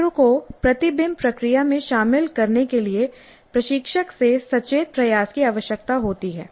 छात्रों को प्रतिबिंब प्रक्रिया में शामिल करने के लिए प्रशिक्षक से सचेत प्रयास की आवश्यकता होती है